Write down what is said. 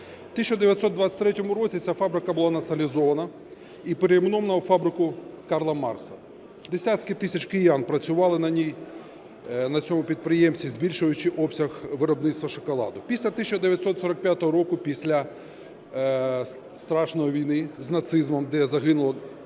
В 1923 році ця фабрика була націоналізована і перейменована у фабрику Карла Маркса. Десятки тисяч киян працювали на ній, на цьому підприємстві, збільшуючи обсяг виробництва шоколаду. Після 1945 року, після страшної війни з нацизмом, де загинули